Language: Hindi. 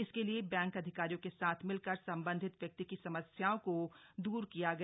इसके लिए बैंक अधिकारियों के साथ मिलकर संबंधित व्यक्ति की समस्याओं को द्र किया गया